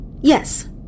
Yes